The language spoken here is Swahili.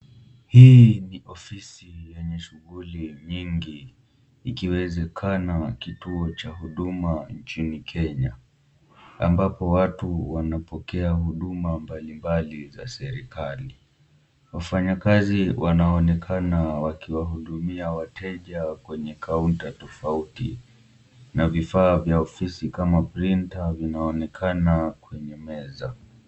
Hii ni ofisi yenye shughuli nyingi ikiwezekana kituo cha huduma nchini Kenya, ambapo watu wanapokea huduma mbalimbali za serikali. Wafanyakazi wanaonekana wakiwahudumia wateja kwenye kaunta tofauti . Na vifaa vya ofisi kama printa vinaonekana kwenye meza.